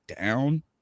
down